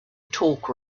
torque